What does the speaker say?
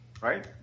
Right